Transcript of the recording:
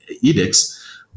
edicts